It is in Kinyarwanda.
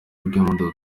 rw’imodoka